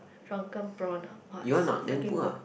drunken prawn ah !wah! it's freaking good